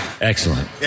Excellent